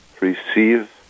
receive